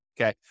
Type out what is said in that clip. okay